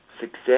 success